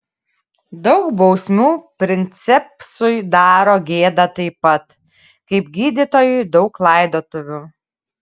daug bausmių princepsui daro gėdą taip pat kaip gydytojui daug laidotuvių